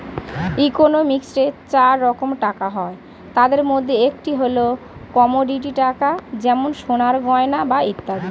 ইকোনমিক্সে চার রকম টাকা হয়, তাদের মধ্যে একটি হল কমোডিটি টাকা যেমন সোনার গয়না বা ইত্যাদি